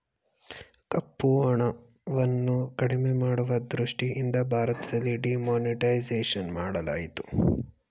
ಕಪ್ಪುಹಣವನ್ನು ಕಡಿಮೆ ಮಾಡುವ ದೃಷ್ಟಿಯಿಂದ ಭಾರತದಲ್ಲಿ ಡಿಮಾನಿಟೈಸೇಷನ್ ಮಾಡಲಾಯಿತು